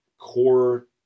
core